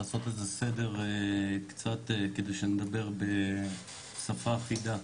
לעשות איזה סדר קצת כדי שנדבר בשפה אחידה,